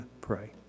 pray